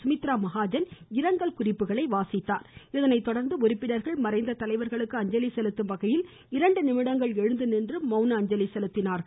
சுமித்ரா மகாஜன் இரங்கல் குறிப்புகளை வாசித்தார் இதனை தொடர்ந்து உறுப்பினர்கள் மறைந்த தலைவர்களுக்கு அஞ்சலி செலுத்தும் வகையில் இரண்டு நிமிடங்கள் எழுந்து நின்று மவுன அஞ்சலி செலுத்தினார்கள்